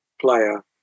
player